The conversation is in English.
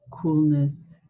coolness